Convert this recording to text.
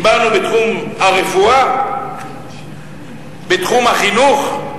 דיברנו בתחום הרפואה, בתחום החינוך.